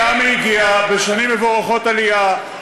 לשם היא הגיעה, בשנים ברוכות עלייה.